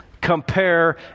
Compare